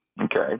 Okay